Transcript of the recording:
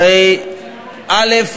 הרי א.